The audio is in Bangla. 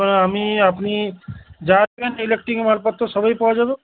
হ্যাঁ আমি আপনি যা ইলেকট্রিকের মালপত্র সবেই পাওয়া যাবে